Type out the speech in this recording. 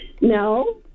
No